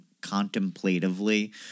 contemplatively